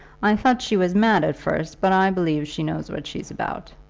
i thought she was mad at first, but i believe she knows what she's about.